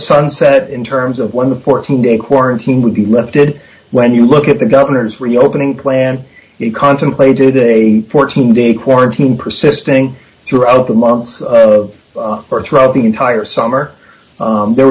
sunset in terms of when the fourteen day quarantine would be lifted when you look at the governor's reopening plan he contemplated a fourteen day quarantine persist staying throughout the months of her throughout the entire summer there